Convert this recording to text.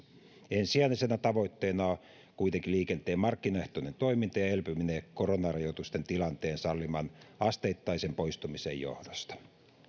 ensisijaisena tavoitteena on kuitenkin liikenteen markkinaehtoinen toiminta ja elpyminen koronarajoitusten tilanteen salliman asteittaisen poistumisen johdosta